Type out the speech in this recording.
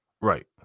Right